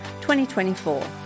2024